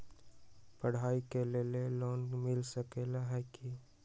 पढाई के लेल लोन मिल सकलई ह की?